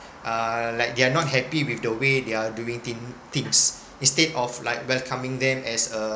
uh like they're not happy with the way they're doing thin~ things instead of like welcoming them as a